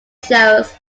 shows